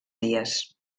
dies